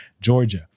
Georgia